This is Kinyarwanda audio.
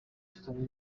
kizajya